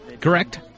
Correct